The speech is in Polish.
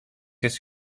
jest